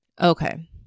Okay